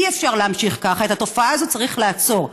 אי-אפשר להמשיך כך, את התופעה הזאת צריך לעצור.